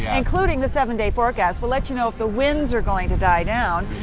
including the seven-day forecast, we'll let you know if the winds are going to die down,